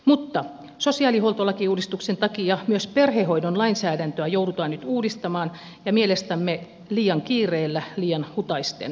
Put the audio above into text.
mutta sosiaalihuoltolakiuudistuksen takia myös perhehoidon lainsäädäntöä joudutaan nyt uudistamaan ja mielestämme liian kiireellä liian hutaisten